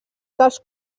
dels